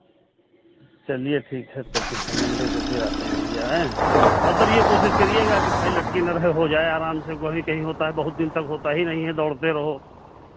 चलिए ठीक है तो फिर हम मंडे को फिर आते हैं भैया ऐं मतलब ये कोशिश करिएगा कि फाइल लटकी ना रहे हो जाए आराम से वहीं कहीं होता है बहुत दिन तक होता ही नहीं है दौड़ते रहो